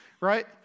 right